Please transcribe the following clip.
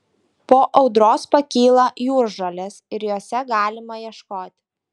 po audros pakyla jūržolės ir jose galima ieškoti